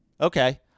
Okay